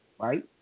right